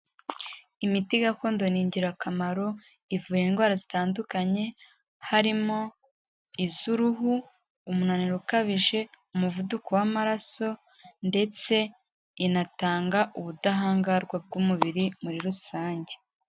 Imiti gakondo ni ingirakamaro, ivura indwara zitandukanye, harimo iz'uruhu, umunaniro ukabije, umuvuduko w'amaraso ndetse inatanga ubudahangarwa bw'umubiri muri rusange.